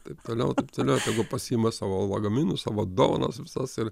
taip toliau taip toliau tegu pasiima savo lagaminus savo dovanas visas ir